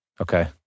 Okay